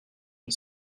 une